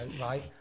right-